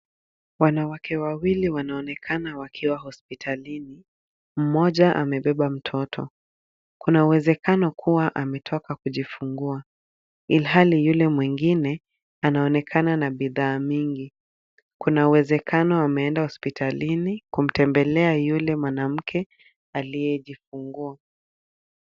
Wanawake wawili wanaonekana wakiwa hospitalini. Mmoja amebeba mtoto. Kuna uwezekano kuwa ametoka kujifungua, ilhali yule yule mwengine anaonekana na bidhaa nyingi. Kuna uwezekano ameenda hospitalini kumtembelea yule mwanamke aliyejifungua.